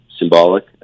Symbolic